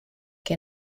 que